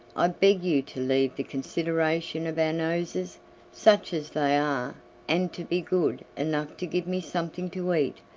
i beg you to leave the consideration of our noses such as they are and to be good enough to give me something to eat,